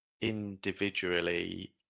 individually